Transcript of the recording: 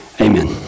Amen